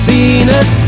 Venus